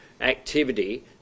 activity